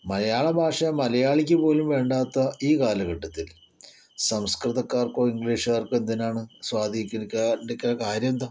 മലയാള ഭാഷ മലയാളിക്ക് പോലും വേണ്ടാത്ത ഈ കാലഘട്ടത്തിൽ സംസ്കൃതക്കാർക്കോ ഇംഗ്ലീഷുകാർക്കോ എന്തിനാണ് സ്വാധീനിക്കാണ്ടിരിക്കാൻ കാര്യം എന്താ